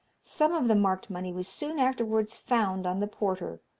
some of the marked money was soon afterwards found on the porter,